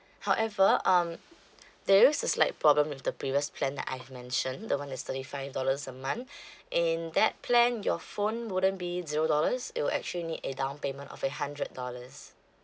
however um there is this like problem with the previous plan that I've mentioned the one that's thirty five dollars a month in that plan your phone wouldn't be zero dollars it will actually need a down payment of a hundred dollars